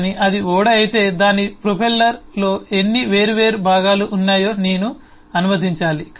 కానీ అది ఓడ అయితే దాని ప్రొపెల్లర్లో ఎన్ని వేర్వేరు భాగాలు ఉన్నాయో నేను అనుమతించాలి